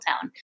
town